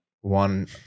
one